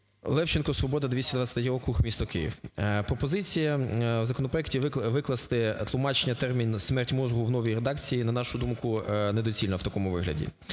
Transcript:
Левченко, "Свобода", 223 округ, місто Київ. Пропозиція в законопроекті викласти тлумачення терміну "смерть мозку" в новій редакції, на нашу думку, недоцільна в такому вигляді.